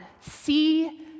See